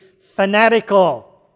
fanatical